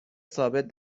ثابت